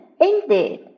indeed